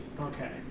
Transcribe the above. Okay